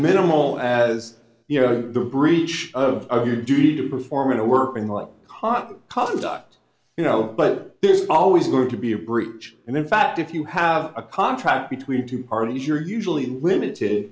minimal as you know the breach of your duty to perform in a workman like cot conduct you know but there's always going to be a breach and in fact if you have a contract between two parties you're usually limited